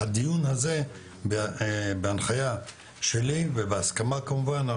הדיון הזה בהנחיה שלי ובהסכמה כמובן,